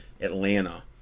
Atlanta